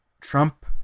Trump